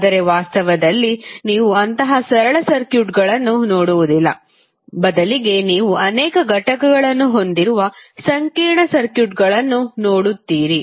ಆದರೆ ವಾಸ್ತವದಲ್ಲಿ ನೀವು ಅಂತಹ ಸರಳ ಸರ್ಕ್ಯೂಟ್ಗಳನ್ನು ನೋಡುವುದಿಲ್ಲ ಬದಲಿಗೆ ನೀವು ಅನೇಕ ಘಟಕಗಳನ್ನು ಹೊಂದಿರುವ ಸಂಕೀರ್ಣ ಸರ್ಕ್ಯೂಟ್ಗಳನ್ನು ನೋಡುತ್ತೀರಿ